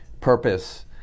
purpose